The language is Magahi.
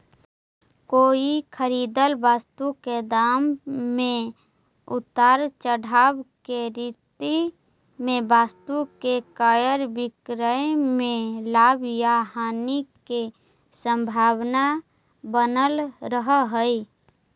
कोई खरीदल वस्तु के दाम में उतार चढ़ाव के स्थिति में वस्तु के क्रय विक्रय में लाभ या हानि के संभावना बनल रहऽ हई